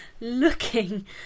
Looking